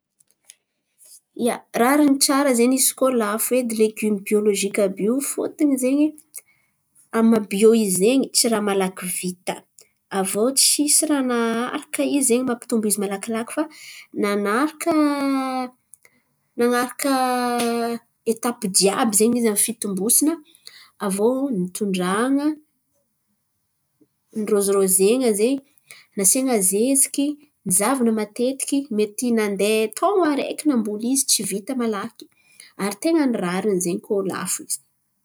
Ia, rariny tsara zen̈y izy koa lafo edy legioma biôlôjika àby io fôtony zen̈y amy maha biô izy zen̈y, tsy raha malaky vita aviô tsisy raha naharaka izy zen̈y mampitombo izy malakilaky fa nanaraka nan̈araka etapy jiàby zen̈y izy amin'ny fitombosana, aviô nitondrahan̈a, nirôzirôzen̈a zen̈y, nasian̈a zeziky, zahavana matetiky. Mety nandeha taon̈o araiky namboly izy tsy vita malaky. Ary ten̈a ny rariny zen̈y koa lafo izy.